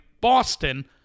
Boston